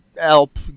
help